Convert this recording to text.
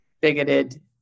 bigoted